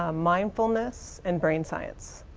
ah mindfulness, and brain science.